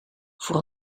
voor